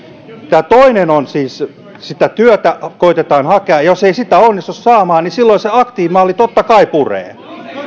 tämä toinen on siis se että sitä työtä koetetaan hakea ja jos ei sitä onnistu saamaan niin silloin se aktiivimalli totta kai puree